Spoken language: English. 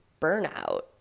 burnout